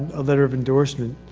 a letter of endorsement.